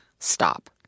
Stop